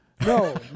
No